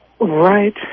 Right